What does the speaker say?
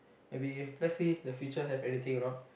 maybe let's see the future have anything or not